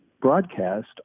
broadcast